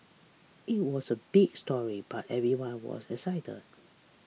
it was a big story but everyone was excited